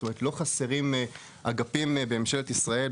זאת אומרת לא חסרים אגפים בממשלת ישראל,